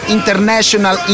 International